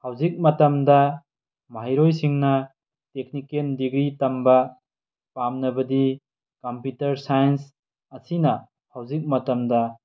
ꯍꯧꯖꯤꯛ ꯃꯇꯝꯗ ꯃꯍꯩꯔꯣꯏꯁꯤꯡꯅ ꯇꯦꯛꯅꯤꯀꯦꯜ ꯗꯤꯒ꯭ꯔꯤ ꯇꯝꯕ ꯄꯥꯟꯅꯕꯗꯤ ꯀꯝꯄ꯭ꯌꯨꯇꯔ ꯁꯥꯏꯟꯁ ꯑꯁꯤꯅ ꯍꯧꯖꯤꯛ ꯃꯇꯝꯗ